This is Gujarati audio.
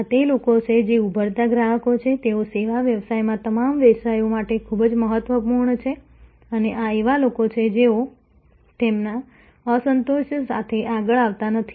આ તે લોકો છે જે ઉભરતા ગ્રાહકો છે તેઓ સેવા વ્યવસાયમાં તમામ વ્યવસાયો માટે ખૂબ જ મહત્વપૂર્ણ છે અને આ એવા લોકો છે જેઓ તેમના અસંતોષ સાથે આગળ આવતા નથી